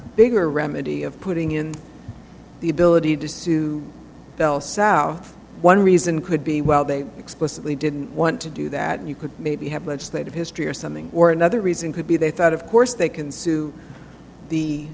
bigger remedy of putting in the ability to sue bell south one reason could be well they explicitly didn't want to do that you could maybe have legislative history or something or another reason could be they thought of course they can sue the